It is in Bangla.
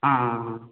হ্যাঁ হ্যাঁ হ্যাঁ